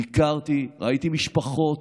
ביקרתי, ראיתי משפחות,